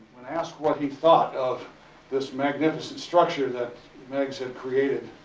when asked what he thought of this magnificent structure that meigs had created